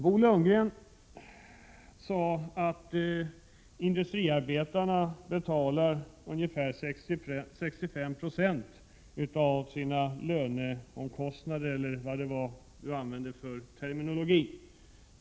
Bo Lundgren sade att industriarbetaren betalar ungefär 65 26 av sin lön i form av olika skatter.